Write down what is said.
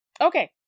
Okay